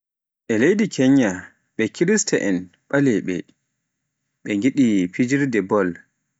E leydi Kenya, ɓe kirista'en, ɓaleɓe ɓe ngiɗi fijirde bol.